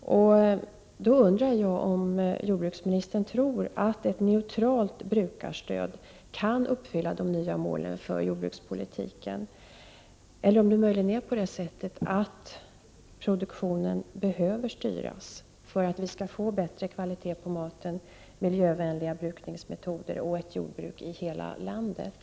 Då undrar jag om jordbruksministern tror att ett neutralt brukarstöd kan leda till att de nya målen för jordbrukspolitiken uppfylls, eller om det möjligen är på det sättet att produktionen behöver styras för att vi skall få bättre kvalitet på maten, miljövänliga brukningsmetoder och ett jordbruk i hela landet.